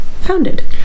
founded